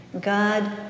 God